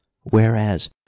whereas